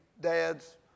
dads